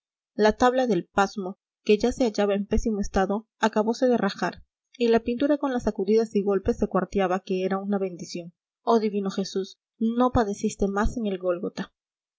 la tabla del pasmo que ya se hallaba en pésimo estado acabose de rajar y la pintura con las sacudidas y golpes se cuarteaba que era una bendición oh divino jesús no padeciste más en el